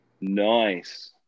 Nice